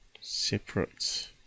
separate